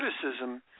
criticism